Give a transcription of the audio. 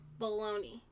Baloney